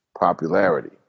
popularity